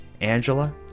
Angela